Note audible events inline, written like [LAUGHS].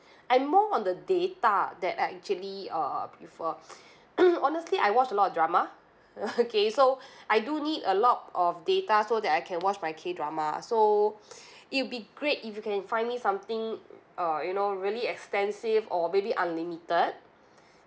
I'm more on the data that I actually uh prefer [NOISE] honestly I watch a lot of drama [LAUGHS] okay so I do need a lot of data so that I can watch my K drama so it'll be great if you can find me something uh you know really extensive or maybe unlimited